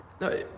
No